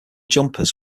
jumpers